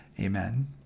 Amen